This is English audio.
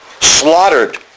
slaughtered